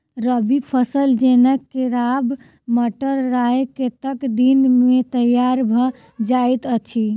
रबी फसल जेना केराव, मटर, राय कतेक दिन मे तैयार भँ जाइत अछि?